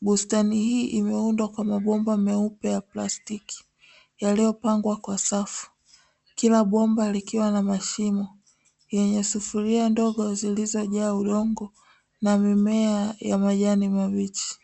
bustani hii imeundwa kwa mabomba meupe ya plastiki yaliyopangwa kwa safu, kila bomba likiwa na mashimo yenye sufuria ndogo zilizojaa udongo na mimea yenye majani mabichi.